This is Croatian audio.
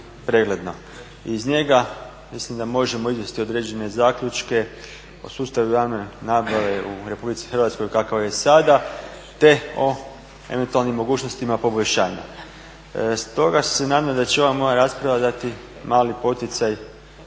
Iz njega mislim da možemo izvesti određene zaključke o sustavu javne nabave u RH kakav je sada, te o eventualnim mogućnostima poboljšanja. Stoga se nadam da će ova moja rasprava dati mali poticaj